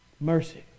mercy